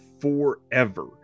forever